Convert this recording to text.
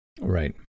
Right